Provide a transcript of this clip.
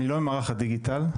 אני לא ממערך הדיגיטל.